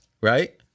right